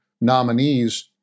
nominees